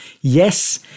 Yes